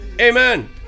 Amen